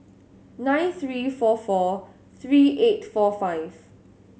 nine three four four three eight four five